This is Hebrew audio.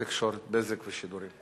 הצעת חוק התקשורת (בזק ושידורים)